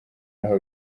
aho